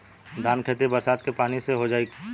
धान के खेती बरसात के पानी से हो जाई?